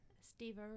Steve